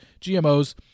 GMOs